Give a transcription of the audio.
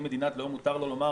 האם מדינת לאום, מותר לה לומר: